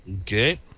okay